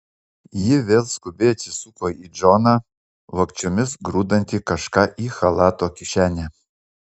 ji vėl skubiai atsisuko į džoną vogčiomis grūdantį kažką į chalato kišenę